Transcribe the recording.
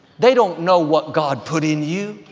they don't know what god put in you.